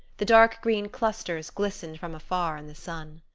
the dark green clusters glistened from afar in the sun.